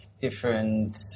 different